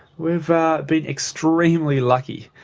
we've been extremely lucky.